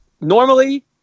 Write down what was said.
normally